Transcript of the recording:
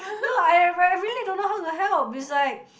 no I rea~ really don't know how to help it's like